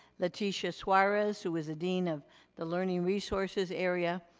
latisha suarez, who was a dean of the learning resources area,